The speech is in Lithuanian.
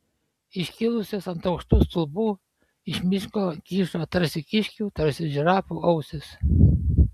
iškilusios ant aukštų stulpų iš miško kyšo tarsi kiškių tarsi žirafų ausys